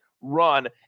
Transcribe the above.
run